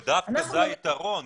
ודווקא זה היתרון,